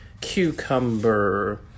cucumber